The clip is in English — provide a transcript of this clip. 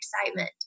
excitement